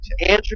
Andrew